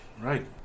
right